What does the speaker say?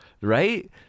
Right